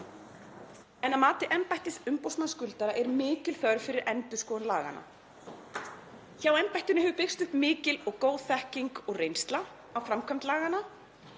en að mati embættis umboðsmanns skuldara er mikil þörf fyrir endurskoðun laganna. Hjá embættinu hefur byggst upp mikil og góð þekking og reynsla á framkvæmd laganna,